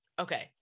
okay